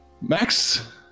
Max